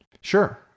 Sure